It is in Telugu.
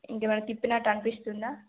ఇంకా ఏమైనా తిప్పినట్టు అనిపిస్తుందా